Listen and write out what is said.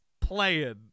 playing